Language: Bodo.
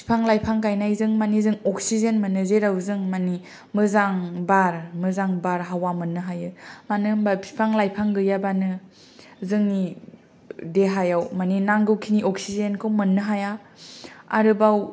बिफां लाइफां गाइनायजों मानि जों अक्सिजेन मोनो जेराव जों मानि मोजां बार मोजां बारहावा मोननो हायो मानो होनबा बिफां लाइफां गैयाबानो जोंनि देहायाव मानि नांगौ खिनि अक्सिजेनखौ मोननो हाया अरोबाव